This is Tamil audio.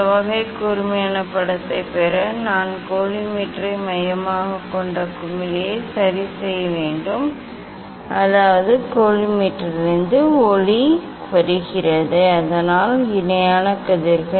இந்த வகை கூர்மையான படத்தைப் பெற நான் கோலிமேட்டரை மையமாகக் கொண்ட குமிழியை சரிசெய்ய வேண்டும் அதாவது கோலிமேட்டரிலிருந்து ஒளி வருகிறது அதனால் இணையான கதிர்கள்